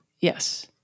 Yes